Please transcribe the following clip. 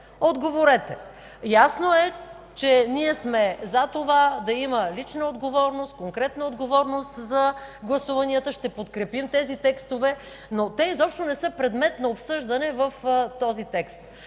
Отговорете! Ясно е, че ние сме за това да има лична отговорност, конкретна отговорност за гласуванията – ще подкрепим тези текстове, но те изобщо не са предмет на обсъждане в този текст.